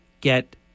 get